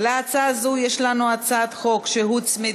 להצעה זו יש לנו הצעת חוק שהוצמדה,